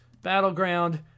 battleground